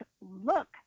look